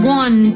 one